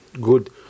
Good